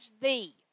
thee